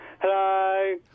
Hello